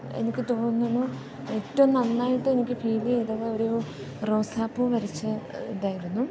എനിക്ക് തോന്നുന്നു ഏറ്റവും നന്നായിട്ട് എനിക്ക് ഫീല് ചെയ്തത് ഒരു റോസാപ്പൂ വരച്ച് ഇതായിരുന്നു